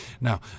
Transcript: Now